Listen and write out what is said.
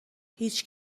هیچ